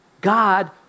God